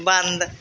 ਬੰਦ